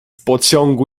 pociągu